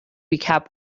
recap